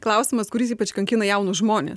klausimas kuris ypač kankina jaunus žmones